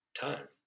time